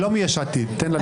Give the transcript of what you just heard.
היא לא מיש עתיד, תן לה לדבר.